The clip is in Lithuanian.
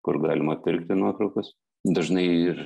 kur galima pirkti nuotraukas dažnai ir